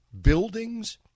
buildings